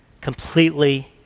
completely